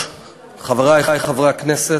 חברי חברי הכנסת,